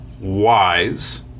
wise